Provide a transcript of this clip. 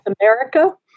America